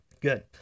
Good